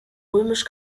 römisch